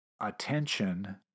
attention